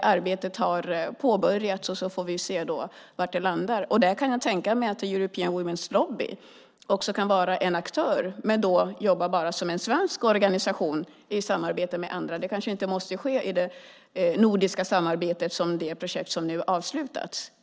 Arbetet har påbörjats, och vi får se var det landar. Jag kan tänka mig att European Women's Lobby kan vara en aktör också här, men då jobba bara som en svensk organisation i samarbete med andra. Det kanske inte måste ske i det nordiska samarbetet eftersom det är ett projekt som nu har avslutats.